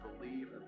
believe